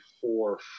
four